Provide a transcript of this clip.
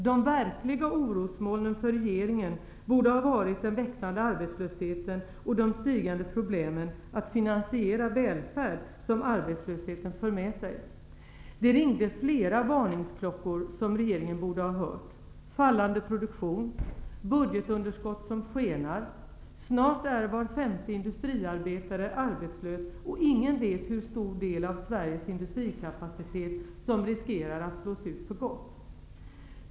De verkliga orosmolnen för regeringen borde ha varit den växande arbetslösheten och de stigande problemen att finansiera välfärd som arbetslösheten för med sig. Det ringde flera varningsklockor som regeringen borde ha hört -- fallande produktion och budgetunderskott som skenar. Snart är var femte industriarbetare arbetslös, och ingen vet hur stor del av Sveriges industrikapacitet som riskerar att slås ut för gott.